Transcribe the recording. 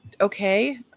Okay